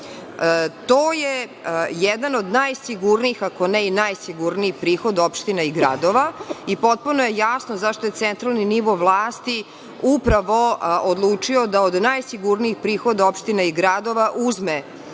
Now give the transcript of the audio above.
je jedan od najsigurnijih, ako ne i najsigurniji prihod opština i gradova, i potpuno je jasno zašto je centralni nivo vlasti upravo odlučio da od najsigurnijih prihoda opština i gradova uzme